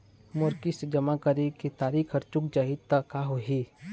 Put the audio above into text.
मोर किस्त जमा करे के तारीक हर चूक जाही ता का होही?